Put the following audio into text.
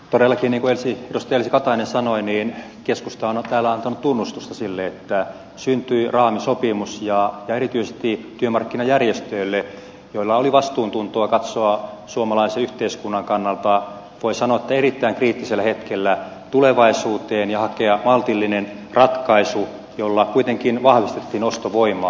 todellakin niin kuin edustaja elsi katainen sanoi keskusta on täällä antanut tunnustusta sille että syntyi raamisopimus ja erityisesti työmarkkinajärjestöille joilla oli vastuuntuntoa katsoa suomalaisen yhteiskunnan kannalta voi sanoa erittäin kriittisellä hetkellä tulevaisuuteen ja hakea maltillinen ratkaisu jolla kuitenkin vahvistettiin ostovoimaa